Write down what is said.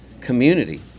community